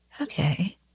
okay